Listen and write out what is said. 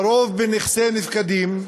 לרוב בנכסי נפקדים,